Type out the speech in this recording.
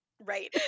Right